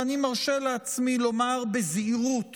ואני מרשה לעצמי לומר בזהירות